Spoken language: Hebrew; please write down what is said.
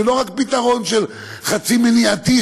ולא רק פתרון חצי מניעתי,